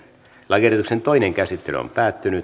lakiehdotuksen toinen käsittely päättyi